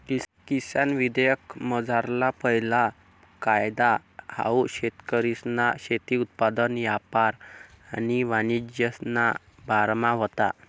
किसान विधेयकमझारला पैला कायदा हाऊ शेतकरीसना शेती उत्पादन यापार आणि वाणिज्यना बारामा व्हता